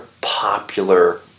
popular